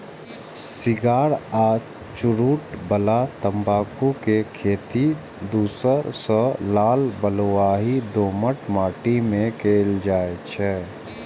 cigar आ चुरूट बला तंबाकू के खेती धूसर सं लाल बलुआही दोमट माटि मे कैल जाइ छै